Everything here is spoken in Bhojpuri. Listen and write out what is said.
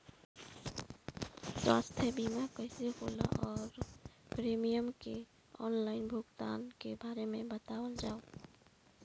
स्वास्थ्य बीमा कइसे होला और प्रीमियम के आनलाइन भुगतान के बारे में बतावल जाव?